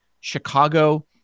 Chicago